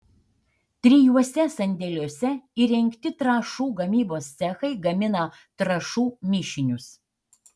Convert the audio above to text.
trijuose sandėliuose įrengti trąšų gamybos cechai gamina trąšų mišinius